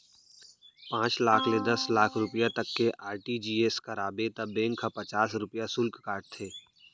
पॉंच लाख ले दस लाख रूपिया तक के आर.टी.जी.एस कराबे त बेंक ह पचास रूपिया सुल्क काटथे